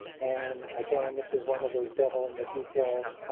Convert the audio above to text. and again, this is one of those devil in the details.